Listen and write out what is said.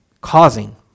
causing